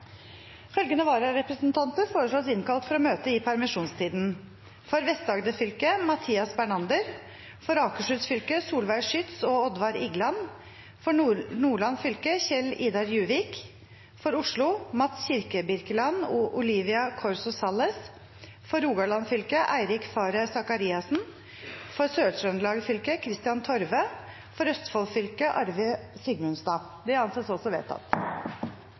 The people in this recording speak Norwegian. Følgende vararepresentanter innkalles for å møte i permisjonstiden: For Vest-Agder fylke: Mathias Bernander For Akershus fylke: Solveig Schytz og Oddvar Igland For Nordland fylke: Kjell-Idar Juvik For Oslo: Mats A. Kirkebirkeland og Olivia Corso Salles For Rogaland fylke: Eirik Faret Sakariassen For Sør-Trøndelag fylke: Kristian Torve For Østfold fylke: Arve Sigmundstad